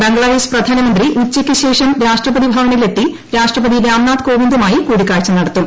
ബംഗ്ലാദേശ് പ്രധാനമന്ത്രി ഉച്ചയ്ക്ക് ശേഷം രാഷ്ട്രപതി ഭവനിൽ എത്തി രാഷ്ട്രപതി രാംനാഥ് കോവിന്ദുമായി കൂടിക്കാഴ്ച നടത്തും